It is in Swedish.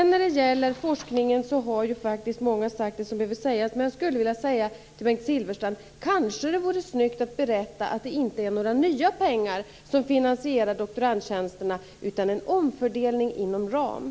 När det gäller forskningen har många sagt det som behöver sägas, men jag skulle till Bengt Silfverstrand vilja säga att det kanske vore snyggt om han berättade att det inte är några nya pengar som finansierar doktorandtjänsterna utan en omfördelning inom ramen.